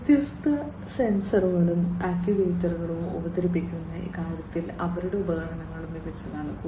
വ്യത്യസ്ത സെൻസറുകളും ആക്യുവേറ്ററുകളും അവതരിപ്പിക്കുന്ന കാര്യത്തിൽ അവരുടെ ഉപകരണങ്ങളും മികച്ചതാണ്